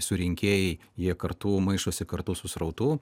surinkėjai jie kartu maišosi kartu su srautu